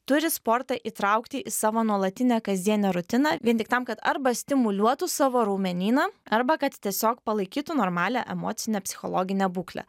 turi sportą įtraukti į savo nuolatinę kasdienę rutiną vien tik tam kad arba stimuliuotų savo raumenyną arba kad tiesiog palaikytų normalią emocinę psichologinę būklę